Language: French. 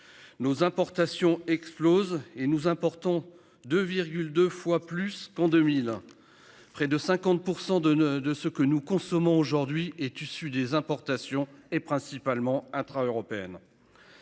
Nos importations explosent, et nous importons de 2 fois plus qu'en 2000. Près de 50% de ne, de ce que nous consommons aujourd'hui est issu des importations et principalement intra- européenne.